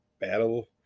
battle